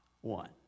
one